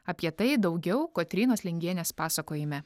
apie tai daugiau kotrynos lingienės pasakojime